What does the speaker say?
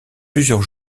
plusieurs